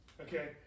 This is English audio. Okay